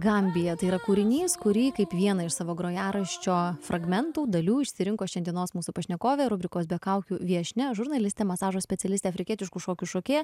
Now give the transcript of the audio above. gambija tai yra kūrinys kurį kaip vieną iš savo grojaraščio fragmentų dalių išsirinko šiandienos mūsų pašnekovė rubrikos be kaukių viešnia žurnalistė masažo specialistė afrikietiškų šokių šokėja